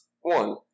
one